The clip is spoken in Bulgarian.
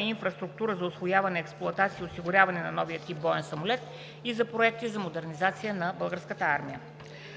и инфраструктура за усвояване, експлоатация и осигуряване на новия тип боен самолет и за проекти за модернизация на Българската армия.